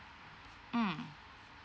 mm